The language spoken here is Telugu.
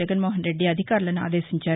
జగన్ మోహనరెడ్డి అధికారులను ఆదేశించారు